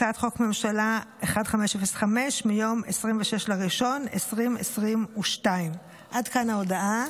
הצעת חוק הממשלה 1505 מיום 26 בינואר 2022. עד כאן ההודעה.